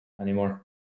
anymore